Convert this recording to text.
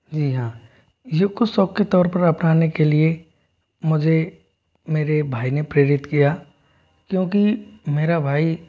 जी हाँ योग को शौक के तौर पर अपनाने के लिए मुझे मेरे भाई ने प्रेरित किया क्योंकि मेरा भाई